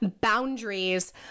boundaries